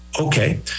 Okay